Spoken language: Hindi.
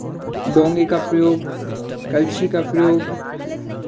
डोंगे का प्रयोग कलछी का प्रयोग